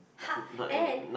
ha and